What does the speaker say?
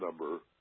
number